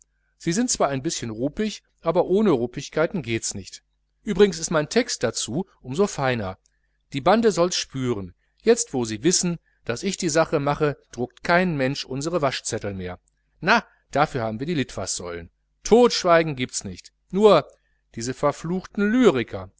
sie sind zwar ein bischen ruppig aber ohne ruppigkeiten gehts nicht übrigens ist mein text dazu um so feiner die bande solls spüren jetzt wo sie wissen daß ich die sache mache druckt kein mensch unsre waschzettel mehr na dafür haben wir die litfaßsäulen totschweigen giebts nicht nur diese verfluchten lyriker